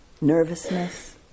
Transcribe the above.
nervousness